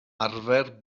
arfer